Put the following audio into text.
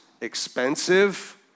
expensive